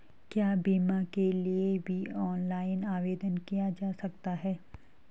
क्या बीमा के लिए भी ऑनलाइन आवेदन किया जा सकता है?